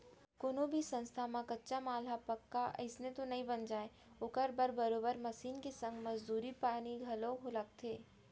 कोनो भी संस्था म कच्चा माल ह पक्का अइसने तो बन नइ जाय ओखर बर बरोबर मसीन के संग मजदूरी पानी घलोक लगथे